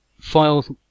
files